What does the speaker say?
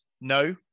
no